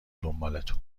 دنبالتون